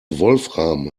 wolfram